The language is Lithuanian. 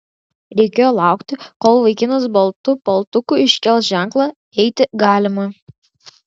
reikėjo laukti kol vaikinas baltu paltuku iškels ženklą eiti galima